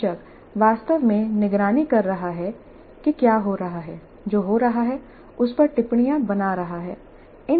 प्रशिक्षक वास्तव में निगरानी कर रहा है कि क्या हो रहा है जो हो रहा है उस पर टिप्पणियाँ बना रहा है